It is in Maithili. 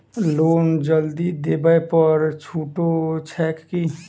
लोन जल्दी देबै पर छुटो छैक की?